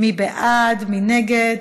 מי בעד, מי נגד?